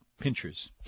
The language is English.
pinchers